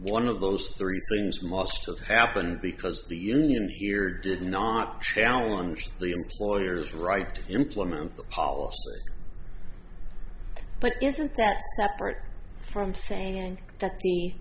of those three things must have happened because the union here did not challenge the employer's right to implement the policy but isn't that separate from saying that the